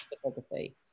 photography